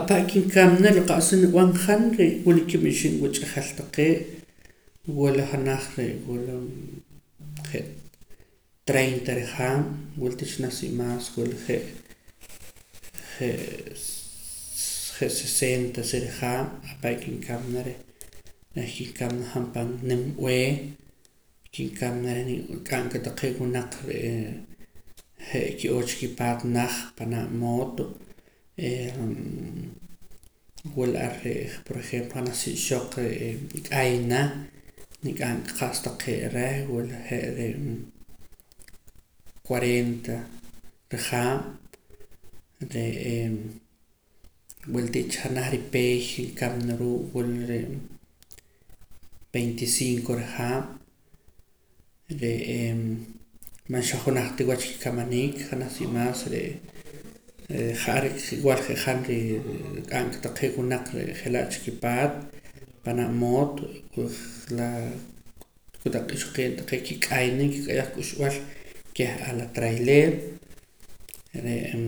Apa' kinkamna la qa's nib'an han re' wul kib' ixib' wach'ajal taqee' wula janaj re' wula je' treinta rihaab' wul tii cha naj si' imaas wula je' je' je' sesenta sa rihaab' ahpare' kinkamna reh reh kinkamna han pan nim b'ee kinkamna reh nik'amka taqee' winaq re'ee je' ki'oo chikipaat naj panaa mooto wula ar je' por ejemplo janaj sa ixoq re'ee nk'ayna nik'anka qa's taqee' reh wula je' reh cuarenta rihaab' re'ee wula tii cha janaj ripeey nkamna ruu' wul ree' veinticinco rihaab' re'ee ma xajunaj ta wach kikamaniik janaj sa imaas re'ee ja'ar iwaal je' han re'ee nrik'an'ka taqee' winaq re' je' laa' chikipaat panaa' mooto la kotaq ixoqiib' taqee' kik'ayna kik'ayaj k'uxb'al keh ah la traileero re'm